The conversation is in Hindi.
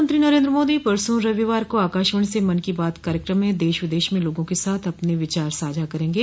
प्रधानमंत्री नरेन्द्र मोदी परसों परिवार को आकाशवाणी स मन की बात कार्यक्रम में देश विदेश में लोगों के साथ अपने विचार साझा करेंगे